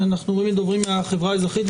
אנחנו מדברים עם החברה האזרחית.